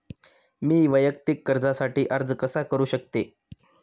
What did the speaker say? मी वैयक्तिक कर्जासाठी अर्ज कसा करु शकते?